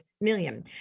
million